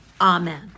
Amen